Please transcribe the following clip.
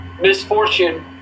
misfortune